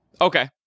okay